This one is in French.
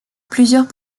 plusieurs